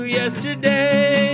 yesterday